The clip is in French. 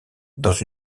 dans